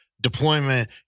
deployment